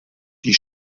die